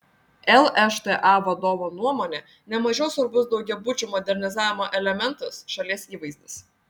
lšta vadovo nuomone ne mažiau svarbus daugiabučių modernizavimo elementas šalies įvaizdis